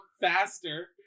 faster